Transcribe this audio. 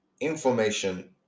information